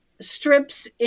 strips